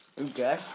Okay